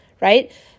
right